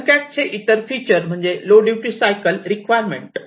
EtherCAT protocol चे इतर feature म्हणजे लो ड्युटी सायकल रिक्वायरमेंट